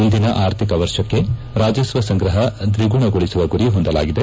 ಮುಂದಿನ ಆರ್ಥಿಕ ವರ್ಷಕ್ಕೆ ರಾಜಸ್ವ ಸಂಗ್ರಹ ದ್ವಿಗುಣಗೊಳಿಸುವ ಗುರಿ ಹೊಂದಲಾಗಿದೆ